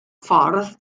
ffordd